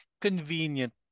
convenient